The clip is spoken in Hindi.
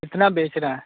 कितना बेच रहा है